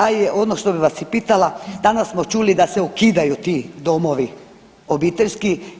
A ono što bih vas pitala danas smo čuli da se ukidaju ti domovi obiteljski.